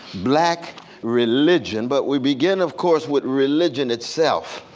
black religion. but we begin of course with religion itself.